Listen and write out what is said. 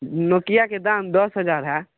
नोकियाके दाम दश हजार हइ